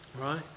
Right